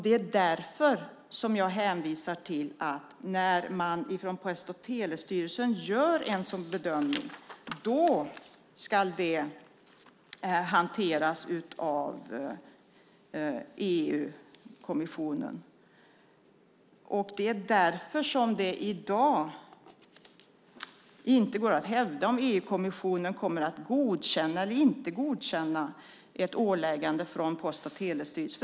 Det är därför som jag hänvisar till att när Post och telestyrelsen gör en sådan bedömning ska det hanteras av EU-kommissionen. Det är därför som det i dag inte går att hävda att EU-kommissionen kommer att godkänna eller inte kommer att godkänna ett åläggande från Post och telestyrelsen.